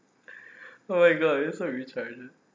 oh my god you are so